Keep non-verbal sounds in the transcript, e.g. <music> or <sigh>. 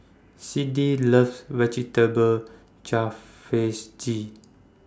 <noise> Siddie loves Vegetable <unintelligible>